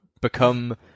become